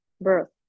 birth